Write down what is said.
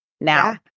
now